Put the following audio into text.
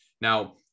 Now